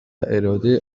اراده